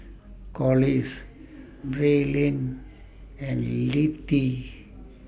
Collis Braylen and Littie